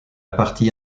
partie